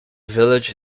village